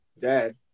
Dad